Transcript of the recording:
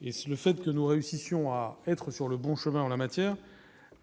le fait que nous réussissions à être sur le bon chemin en la matière,